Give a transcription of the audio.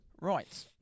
Right